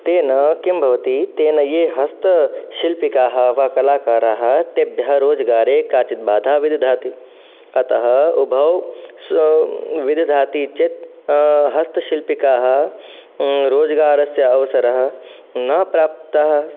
तेन किं भवति तेन ये हस्तशिल्पिकाः वा कलाकाराः तेभ्यः रोजगारे काञ्चित् बाधां विदधाति अतः उभौ स् विदधाति चेत् हस्तशिल्पिकाः रोजगारस्य अवसरः न प्राप्तः